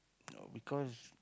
because